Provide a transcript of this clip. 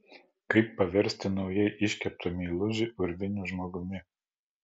kaip paversti naujai iškeptą meilužį urviniu žmogumi